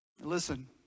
Listen